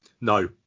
No